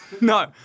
No